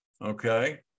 Okay